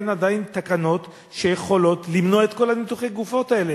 אין עדיין תקנות שיכולות למנוע את כל ניתוחי הגופות האלה?